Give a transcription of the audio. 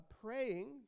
praying